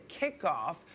kickoff